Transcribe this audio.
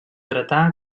dretà